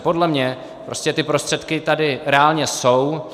Podle mě prostě ty prostředky tady reálně jsou.